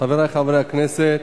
חברי חברי הכנסת,